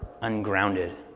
ungrounded